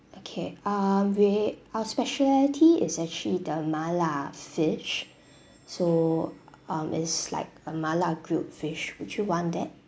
okay uh we our specialty is actually the mala fish so um it's like a mala grilled fish would you want that